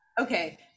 Okay